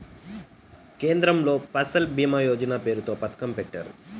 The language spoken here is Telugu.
కేంద్రంలో ఫసల్ భీమా యోజన పేరుతో పథకం పెట్టారు